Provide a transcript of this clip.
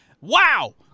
Wow